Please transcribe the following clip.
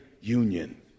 union